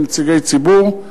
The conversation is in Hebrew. נציגי ציבור,